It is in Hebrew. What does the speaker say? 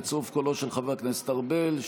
בצירוף קולו של חבר הכנסת ארבל,